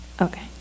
Okay